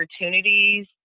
opportunities